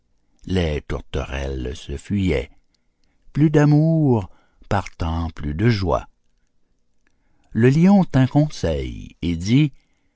les tourterelles se fuyaient plus d'amour partant plus de joie le lion tint conseil et dit